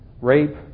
Rape